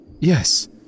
Yes